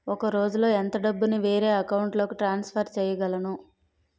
ఒక రోజులో ఎంత డబ్బుని వేరే అకౌంట్ లోకి ట్రాన్సఫర్ చేయగలను?